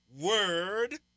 word